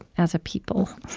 as a people,